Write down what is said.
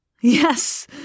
Yes